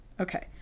Okay